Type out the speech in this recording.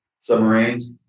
submarines